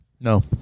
No